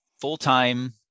full-time